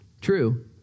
true